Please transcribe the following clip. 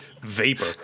vapor